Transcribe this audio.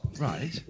Right